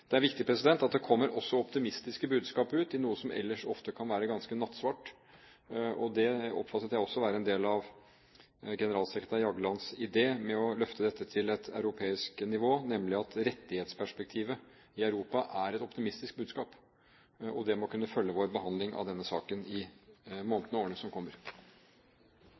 det. Det er viktig at det også kommer optimistiske budskap ut i noe som ellers ofte kan være ganske nattsvart, og det oppfattet jeg også å være en del av generalsekretær Jaglands idé med å løfte dette til et europeisk nivå, nemlig at rettighetsperspektivet i Europa er et optimistisk budskap, og det må kunne følge vår behandling av denne saken i månedene og årene som kommer.